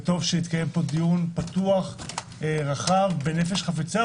טוב שיתקיים פה דיון פתוח, רחב, בנפש חפצה.